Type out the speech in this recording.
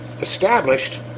established